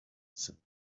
said